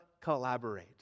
collaborate